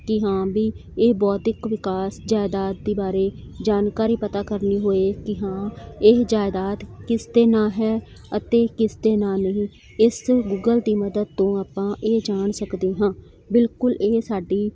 ਕੀ ਹਾਂ ਵੀ ਇਹ ਬੌਧਿਕ ਵਿਕਾਸ ਜਾਇਦਾਦ ਦੇ ਬਾਰੇ ਜਾਣਕਾਰੀ ਪਤਾ ਕਰਨੀ ਹੋਏ ਕੀ ਹਾਂ ਇਹ ਜਾਇਦਾਦ ਕਿਸ ਦੇ ਨਾਂ ਹੈ ਅਤੇ ਕਿਸ ਦੇ ਨਾਂ ਨਹੀਂ ਇਸ ਗੂਗਲ ਦੀ ਮਦਦ ਤੋਂ ਆਪਾਂ ਇਹ ਜਾਣ ਸਕਦੇ ਹਾਂ ਬਿਲਕੁਲ ਇਹ ਸਾਡੀ